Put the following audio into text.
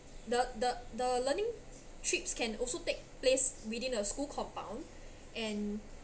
the the the learning trips can also take place within the school compound and